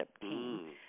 team